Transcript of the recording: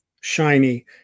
shiny